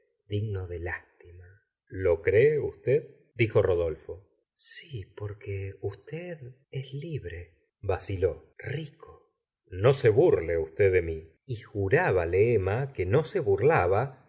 digno de lstima lo cree usted dijo rodolfo sí porque usted es libre vaciló rico no se burle usted de mi y jurbale emma que no se burlaba